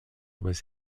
was